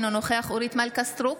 אינו נוכח אורית מלכה סטרוק,